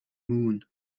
moon